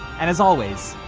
and as always,